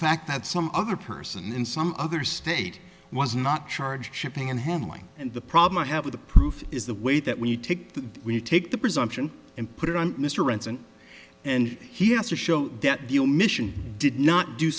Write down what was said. fact that some other person in some other state was not charged shipping and handling and the problem i have with the proof is the way that when you take that when you take the presumption and put it on mr ranson and he has to show that deal mission did not do